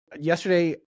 yesterday